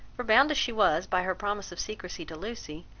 for bound as she was by her promise of secrecy to lucy,